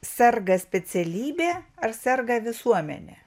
serga specialybė ar serga visuomenė